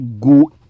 go